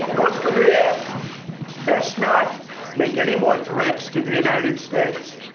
north korea best not make any more and threats to the united states.